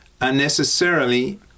unnecessarily